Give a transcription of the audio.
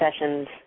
sessions